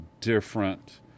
different